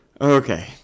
Okay